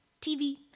TV